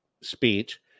speech